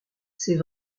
c’est